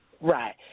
Right